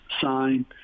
sign